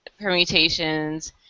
permutations